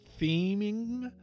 theming